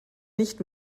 nicht